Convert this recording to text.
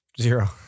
Zero